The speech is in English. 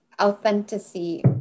authenticity